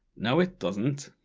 no, it doesn't.